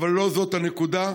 אבל לא זאת הנקודה.